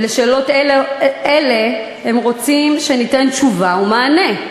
ועל שאלות אלה הם רוצים שניתן תשובה ומענה.